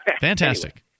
Fantastic